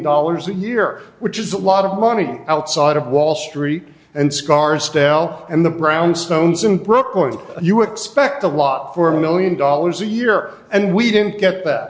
dollars a year which is a lot of money outside of wall street and scarsdale and the brownstones in brooklyn you expect a lot for a one million dollars a year and we didn't get that